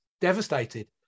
devastated